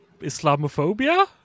Islamophobia